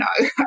no